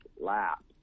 lap